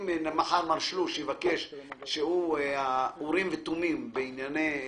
אם מחר מר שלוש יבקש להיות האורים והתומים בענייני משפחתו,